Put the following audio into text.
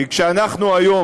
כי כאשר אנחנו היום,